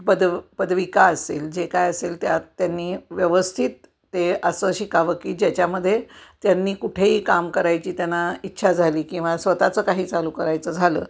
पद पदविका असेल जे काय असेल त्यात त्यांनी व्यवस्थित ते असं शिकावं की ज्याच्यामध्ये त्यांनी कुठेही काम करायची त्यांना इच्छा झाली किंवा स्वतःचं काही चालू करायचं झालं